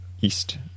east